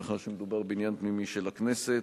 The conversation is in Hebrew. מאחר שמדובר בעניין פנימי של הכנסת.